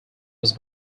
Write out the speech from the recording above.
was